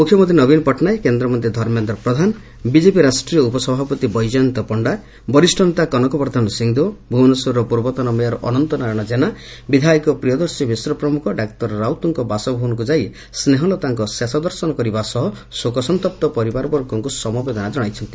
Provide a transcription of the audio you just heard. ମୁଖ୍ୟମନ୍ତୀ ନବୀନ ପଟ୍ଟନାୟକ କେନ୍ଦ୍ରମନ୍ତୀ ଧର୍ମେନ୍ଦ୍ର ପ୍ରଧାନ ବିଜେପି ରାଷ୍ଟ୍ରୀୟ ଉପସଭାପତି ବୈଜୟନ୍ତ ପଣ୍ଣା ବରିଷ ନେତା କନକବର୍ର୍କନ ସିଂହଦେଓ ଭୁବନେଶ୍ୱରର ପୂର୍ବତନ ମେୟର ଅନନ୍ତ ନାରାୟଣ ଜେନା ବିଧାୟକ ପ୍ରିୟଦର୍ଶୀ ମିଶ୍ର ପ୍ରମୁଖ ଡାକ୍ତର ରାଉତଙ୍ଙ ବାସଭବନକୁ ଯାଇ ସ୍ୱେହଲତାଙ୍କ ଶେଷଦର୍ଶନ କରିବା ସହ ଶୋକସନ୍ତପ୍ତ ପରିବାରକ୍ ସମବେଦନା ଜଣାଇଛନ୍ତି